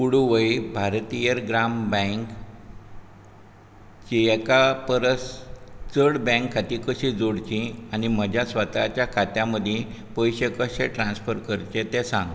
पुडुवै भारतीयर ग्राम बँकचीं एका परस चड बँक खातीं कशीं जोडचीं आनी म्हज्या स्वताच्या खात्यां मदीं पयशे कशें ट्रान्स्फर करचे तें सांग